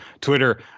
Twitter